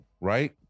right